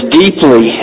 deeply